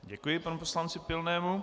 Děkuji panu poslanci Pilnému.